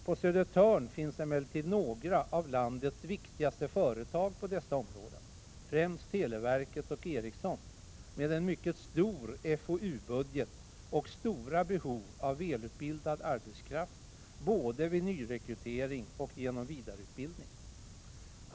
På Södertörn finns emellertid några av landets viktigaste företag på dessa områden, främst televerket och Ericsson, med en mycket stor fou-budget och stora behov av välutbildad arbetskraft både vid nyrekrytering och genom vidareutbildning.